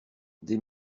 des